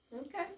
Okay